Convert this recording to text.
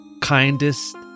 kindest